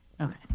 Okay